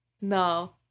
no